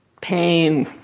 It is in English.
pain